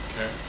Okay